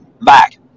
back